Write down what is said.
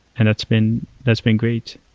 and that's been that's been great.